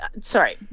sorry